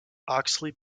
oxley